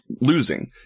losing